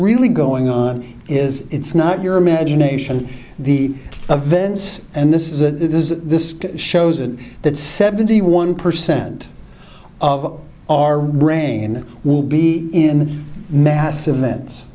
really going on is it's not your imagination the events and this is the this is this shows that that seventy one percent of our brain will be in massive events